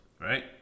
right